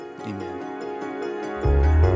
amen